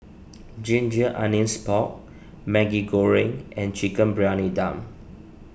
Ginger Onions Pork Maggi Goreng and Chicken Briyani Dum